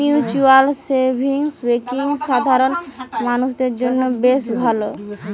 mutual savings bank সাধারণ মানুষদের জন্য বেশ ভালো